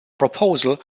proposal